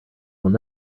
will